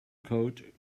coat